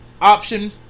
option